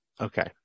Okay